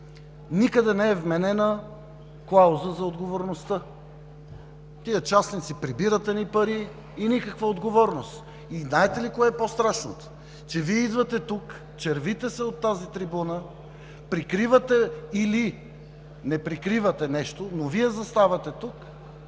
никъде не е вменена клауза за отговорността? Тези частници прибират едни пари и никаква отговорност! И знаете ли кое е по-страшното – че Вие идвате тук, червите се от тази трибуна, прикривате или не прикривате нещо, но Вие заставате тук,